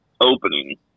opening